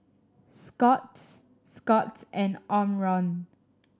Scott's Scott's and Omron